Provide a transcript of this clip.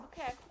okay